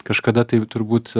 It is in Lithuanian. kažkada tai turbūt